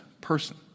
person